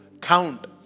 count